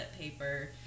paper